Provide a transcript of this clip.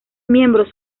miembros